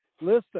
Listen